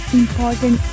important